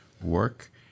work